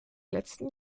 letzten